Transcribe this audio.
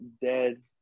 dead